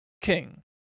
King